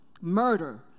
murder